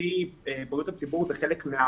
מבחינתי, בריאות הציבור היא גם חלק מהקהילה.